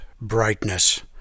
brightness